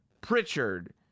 Pritchard